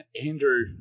Andrew